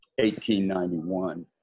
1891